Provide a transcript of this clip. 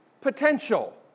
potential